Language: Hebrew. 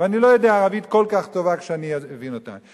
ואני לא יודע ערבית כל כך טוב שאני אבין אותם,